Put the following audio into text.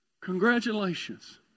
Congratulations